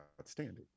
outstanding